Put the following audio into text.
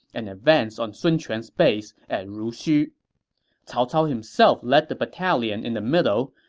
and advanced on sun quan's base at ruxu. cao cao himself led the battalion in the middle.